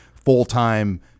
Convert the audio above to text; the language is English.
full-time